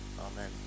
Amen